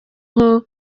nko